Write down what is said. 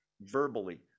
verbally